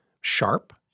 sharp